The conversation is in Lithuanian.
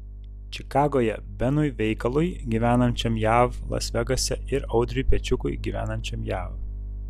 čikagoje benui veikalui gyvenančiam jav las vegase ir audriui pečiukui gyvenančiam jav